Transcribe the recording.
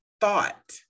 thought